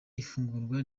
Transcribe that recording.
ifungurwa